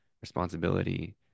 responsibility